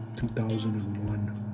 2001